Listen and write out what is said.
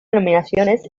nominaciones